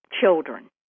children